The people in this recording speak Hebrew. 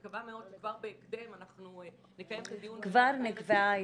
מקווה מאוד שכבר בהקדם נקיים את הדיון -- כבר נקבעה